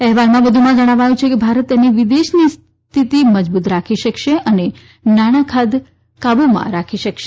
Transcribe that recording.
અહેવાલમાં વધુમાં જણાવ્યું છે કે ભારત તેની વિદેશની સ્થિતી મજબુત રાખી શકશે અને નાણાં ખાદ્ય કાબુમાં રાખી શકશે